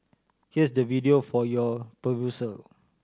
here's the video for your perusal